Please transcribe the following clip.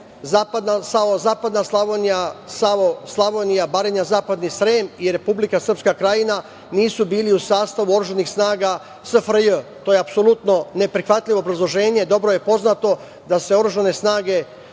Slavonija, Slavonije, Baranja, Zapadni Srem i Republika Srpska Krajina nisu bili u sastavu oružanih snaga SFRJ. To je apsolutno neprihvatljivo obrazloženje. Dobro je poznato da su se oružane snage